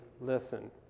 listen